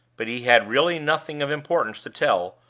but he had really nothing of importance to tell,